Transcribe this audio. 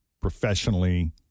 professionally